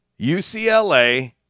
UCLA